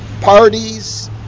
parties